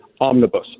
omnibus